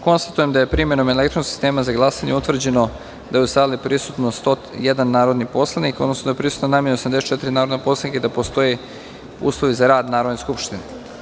Konstatujem da je primenom elektronskog sistema za glasanje utvrđeno da je u sali prisutan 101 narodni poslanik, odnosno da je prisutno najmanje 84 narodna poslanika i da postoje uslovi za rad Narodne skupštine.